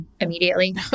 immediately